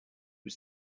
was